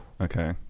okay